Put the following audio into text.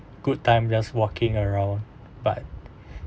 good time just walking around but